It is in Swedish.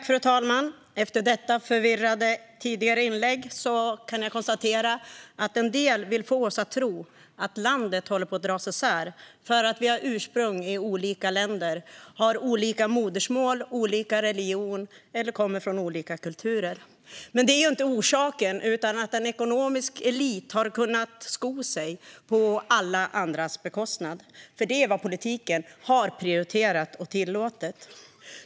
Fru talman! Efter det tidigare förvirrade inlägget kan jag konstatera att en del vill få oss att tro att landet håller på att dras isär därför att vi har ursprung i olika länder, har olika modersmål, olika religion eller kommer från olika kulturer. Men det är ju inte orsaken, utan det är att en ekonomisk elit har kunnat sko sig på alla andras bekostnad, för det är vad politiken har prioriterat och tillåtit.